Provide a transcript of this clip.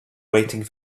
waiting